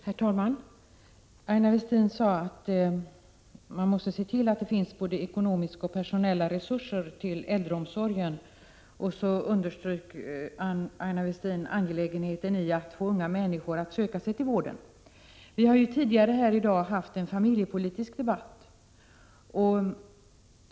Herr talman! Aina Westin sade att man måste se till att det finns både ekonomiska och personella resurser till äldreomsorgen, och så underströk hon angelägenheten av att få unga människor att söka till vårdyrkena. Vi har tidigare här i dag haft en familjepolitisk debatt.